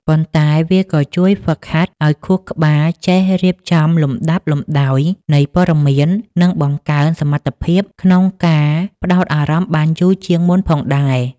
ប៉ុន្តែវាក៏ជួយហ្វឹកហាត់ឱ្យខួរក្បាលចេះរៀបចំលំដាប់លំដោយនៃព័ត៌មាន និងបង្កើនសមត្ថភាពក្នុងការផ្តោតអារម្មណ៍បានយូរជាងមុនផងដែរ។